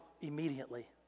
immediately